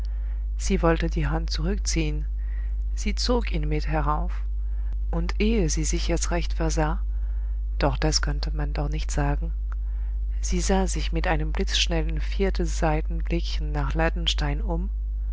sie wollte die hand zurückziehen sie zog ihn mit herauf und ehe sie sich es recht versah doch das konnte man doch nicht sagen sie sah sich mit einem blitzschnellen viertelsseitenblickchen nach ladenstein um